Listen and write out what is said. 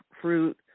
fruit